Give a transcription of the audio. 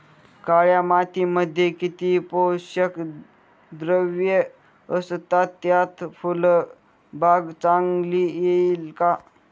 काळ्या मातीमध्ये किती पोषक द्रव्ये असतात, त्यात फुलबाग चांगली येईल का?